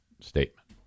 statement